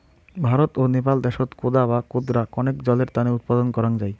ভারত ও নেপাল দ্যাশত কোদা বা কোদরা কণেক জলের তানে উৎপাদন করাং যাই